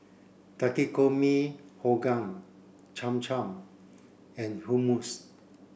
Takikomi Gohan Cham Cham and Hummus